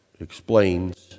explains